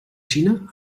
xina